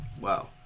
Wow